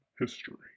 history